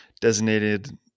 designated